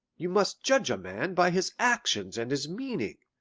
you must judge a man by his actions and his meaning,